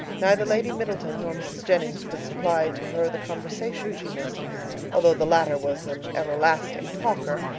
neither lady middleton nor mrs. jennings could supply to her the conversation she missed although the latter was an everlasting talker,